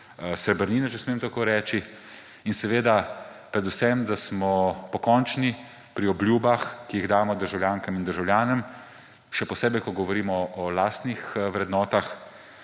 srebrnine, če smem tako reči, in seveda predvsem, da smo pokončni pri obljubah, ki jih damo državljankam in državljanom, še posebej ko govorimo o lastnih vrednotah,